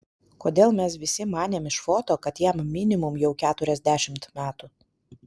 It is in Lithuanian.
kodėl mes visi manėm iš foto kad jam minimum jau keturiasdešimt metų